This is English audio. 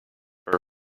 her